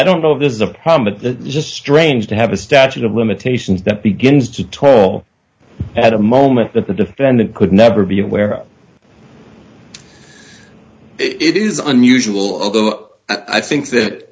don't know if there's a problem at the just strange to have a statute of limitations that begins to toll at a moment that the defendant could never be aware of it is unusual although i think that